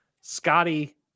Scotty